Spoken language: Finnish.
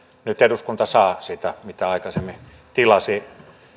nyt eduskunta saa sitä mitä aikaisemmin tilasi